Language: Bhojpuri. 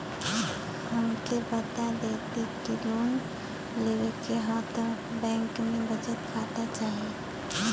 हमके बता देती की लोन लेवे के हव त बैंक में बचत खाता चाही?